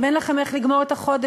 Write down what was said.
אם אין לכם איך לגמור את החודש,